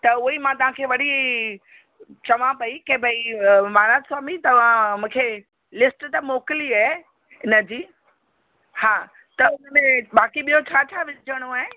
त उहोई मां तव्हां खे वरी चवां पई कि बई महाराज स्वामी तव्हां मूंखे लिस्ट त मोकिली आहे हिन जी हा त हुन में बाक़ी ॿियो छा छा विझिणो आहे